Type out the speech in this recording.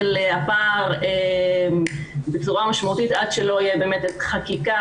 הפער בצורה משמעותית עד שלא תהיה באמת חקיקה.